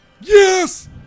Yes